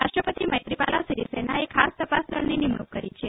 રાષ્ટ્રપતિ મૈત્રીપાલા સિરીસેનાએ ખાસ તપાસ દળની નિમણૂંક કરી છે